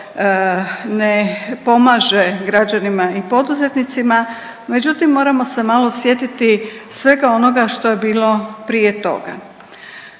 ne pomaže građanima i poduzetnicima. Međutim, moramo se malo sjetiti svega onoga što je bilo prije toga.